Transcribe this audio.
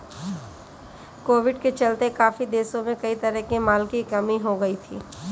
Covid के चलते काफी देशों में कई तरह के माल की कमी हो गई थी